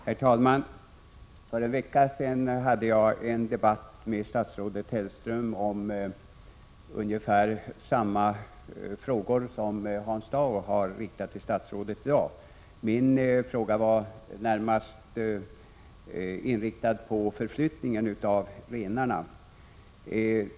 Herr talman! För en vecka sedan hade jag en debatt med statsrådet Hellström om ungefär samma frågor som Hans Dau i dag får svar på av statsrådet. Min fråga var närmast inriktad på förflyttningen av renarna.